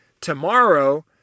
tomorrow